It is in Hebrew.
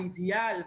האידיאל,